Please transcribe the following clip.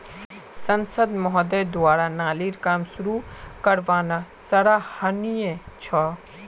सांसद महोदय द्वारा नालीर काम शुरू करवाना सराहनीय छ